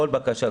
כל בקשה.